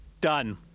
Done